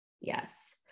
Yes